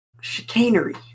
Chicanery